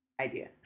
idea